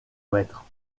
maître